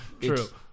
true